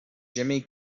jimmy